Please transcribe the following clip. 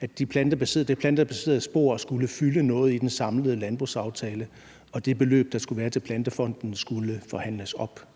at det plantebaserede spor skulle fylde noget i den samlede landbrugsaftale, og at det beløb, der skulle være til Plantefonden, skulle forhandles op,